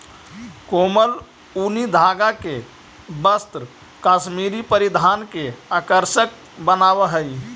कोमल ऊनी धागा के वस्त्र कश्मीरी परिधान के आकर्षक बनावऽ हइ